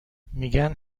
میگن